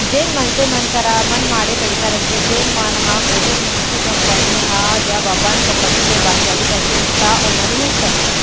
जेन मनसे मन करा मनमाड़े पइसा रहिथे तेन मन ह कोनो भी निजी कंपनी ह जब अपन कंपनी के बांड जारी करथे त ओमा निवेस करथे